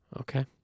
Okay